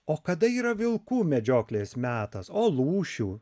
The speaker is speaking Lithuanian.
o kada yra vilkų medžioklės metas o lūšių